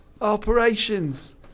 Operations